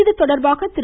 இதுதொடர்பாக திரு